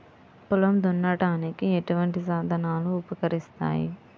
పొలం దున్నడానికి ఎటువంటి సాధనాలు ఉపకరిస్తాయి?